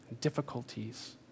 difficulties